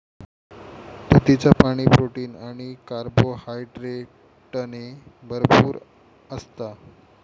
तुतीचा पाणी, प्रोटीन आणि कार्बोहायड्रेटने भरपूर असता